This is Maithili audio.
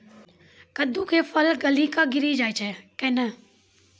कददु के फल गली कऽ गिरी जाय छै कैने?